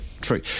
true